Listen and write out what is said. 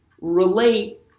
relate